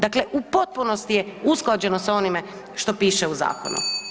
Dakle, u potpunosti je usklađeno sa onime što piše u zakonu.